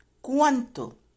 ¿Cuánto